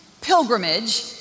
pilgrimage